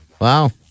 Wow